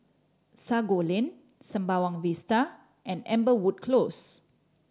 Sago Lane Sembawang Vista and Amberwood Close